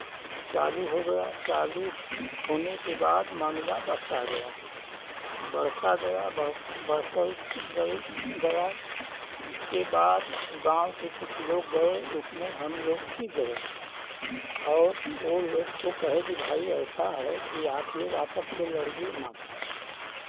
चालू हो गया चालू होने के बाद मामला बढ़ता गया बढ़ता गया बढ़ते गए गया इसके बाद गाँव के कुछ लोग गए उसमें हमलोग भी गए और वो लोग को कहे की भाई ऐसा है कि आपलोग आपस में लड़िए मत